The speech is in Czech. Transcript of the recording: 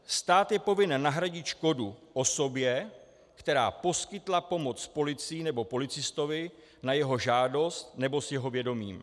Stát je povinen nahradit škodu osobě, která poskytla pomoc policii nebo policistovi na jeho žádost nebo s jeho vědomím.